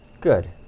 Good